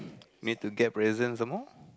need to get present some more